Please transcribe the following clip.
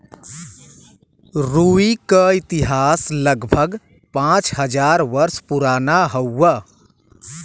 रुई क इतिहास लगभग पाँच हज़ार वर्ष पुराना हउवे